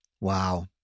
Wow